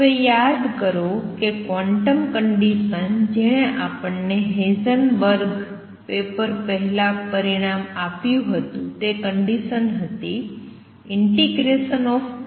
હવે યાદ કરો કે ક્વોન્ટમ કંડિસન જેણે આપણને હેઝનબર્ગ પેપર પહેલાં પરિણામ આપ્યું હતું તે કંડિસન હતી ∫pdxnh